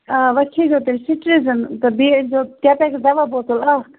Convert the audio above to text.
آ وۅنۍ کھیٚزیٚو تیٚلہِ سِٹریٖزِن تہٕ بیٚیہِ أنۍزیٚو کیٚپیکس دوا بوتل اکھ